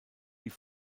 die